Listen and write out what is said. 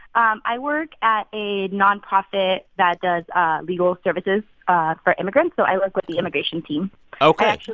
um i work at a nonprofit that does ah legal services ah for immigrants. so i work with the immigration team ok actually,